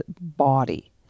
body